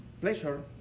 pleasure